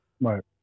Right